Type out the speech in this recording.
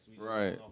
Right